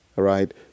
Right